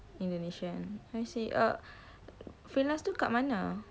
indonesian I see uh freelance tu kat mana